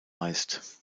meist